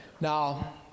Now